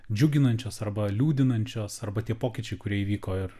džiuginančios arba liūdinančios arba tie pokyčiai kurie įvyko ir